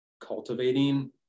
cultivating